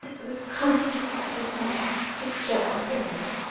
the comfort of my future happiness,